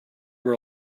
were